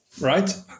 right